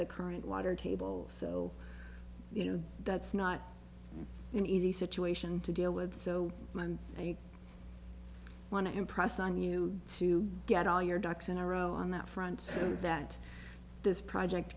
the current water table so you know that's not an easy situation to deal with so you want to impress on you to get all your ducks in a row on that front so that this project